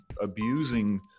abusing